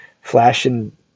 flashing